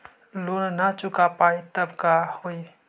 Loan न चुका पाई तब का होई?